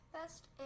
best